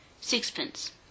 sixpence